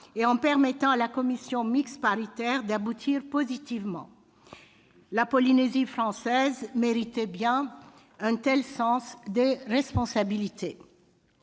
et en permettant à la commission mixte paritaire d'aboutir positivement. C'est à saluer. La Polynésie française méritait bien un tel sens des responsabilités.